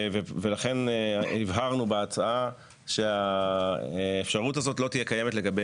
ולכן הבהרנו בהצעה שהאפשרות הזו לא תהיה קיימת לגבי